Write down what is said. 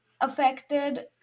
affected